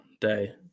day